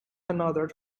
another